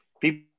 People